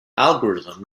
algorithm